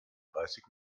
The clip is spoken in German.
dreißig